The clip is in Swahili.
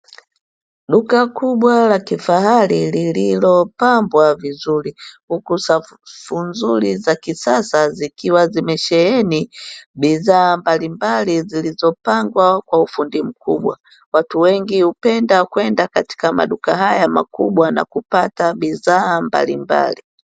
Duka kubwa la kifahari lililopambwa vizuri, huku safu nzuri za kisasa zikiwa zimesheheni bidhaa mbalimbali zilizopangwa kwa ufundi mkubwa, watu wengi hupenda kwenda katika haya maduka makubwa na kupata bidhaa mbalimbali.